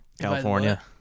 California